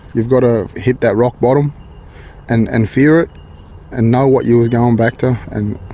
you've got to hit that rock bottom and and fear it and know what you were going back to, and